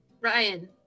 Ryan